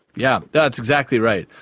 yeah that's exactly right.